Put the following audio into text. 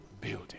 building